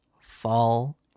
fall